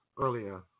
earlier